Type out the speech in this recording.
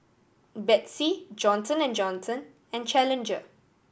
Betsy Johnson and Johnson and Challenger